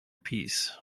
peace